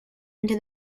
into